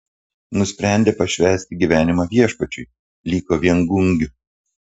nusprendė pašvęsti gyvenimą viešpačiui liko viengungiu